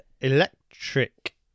Electric